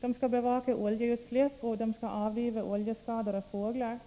de skall bevaka oljeutsläpp och de skall avliva oljeskadade fåglar.